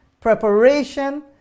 preparation